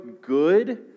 good